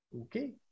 okay